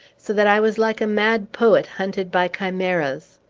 so that i was like a mad poet hunted by chimeras.